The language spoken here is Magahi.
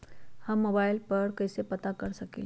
हम मोबाइल पर कईसे पता कर सकींले?